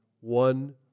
one